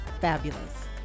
fabulous